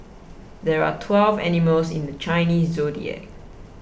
there are twelve animals in the Chinese zodiac